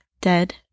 Dead